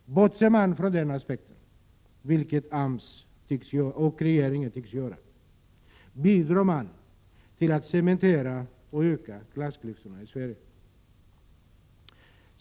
Bortser man från den aspekten, vilket AMS och regeringen tycks göra, bidrar man till att cementera och öka klassklyftorna i Sverige.